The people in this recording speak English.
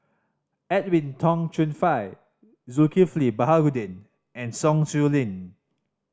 Edwin Tong Chun Fai Zulkifli Baharudin and Sun Xueling